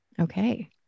Okay